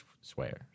swear